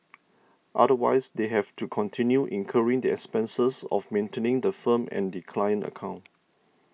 otherwise they have to continue incurring the expenses of maintaining the firm and the client account